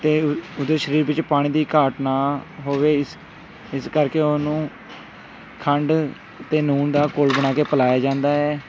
ਅਤੇ ਉ ਉਹਦੇ ਸਰੀਰ ਵਿੱਚ ਪਾਣੀ ਦੀ ਘਾਟ ਨਾ ਹੋਵੇ ਇਸ ਇਸ ਕਰਕੇ ਉਹਨੂੰ ਖੰਡ ਅਤੇ ਲੂਣ ਦਾ ਘੋਲ ਬਣਾ ਕੇ ਪਿਲਾਇਆ ਜਾਂਦਾ ਹੈ